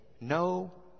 no